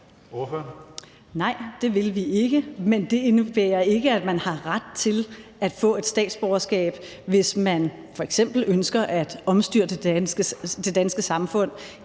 Nej, det vil vi ikke, men det indebærer ikke, at man har ret til at få et statsborgerskab, hvis man f.eks. ønsker at omstyrte det danske samfund